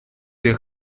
des